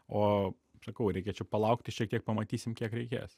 o sakau reikia čia palaukti šiek tiek pamatysim kiek reikės